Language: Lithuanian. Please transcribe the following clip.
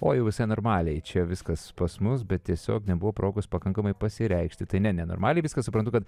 o jau visai normaliai čia viskas pas mus bet tiesiog nebuvo progos pakankamai pasireikšti tai ne nenormaliai viskas suprantu kad